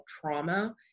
trauma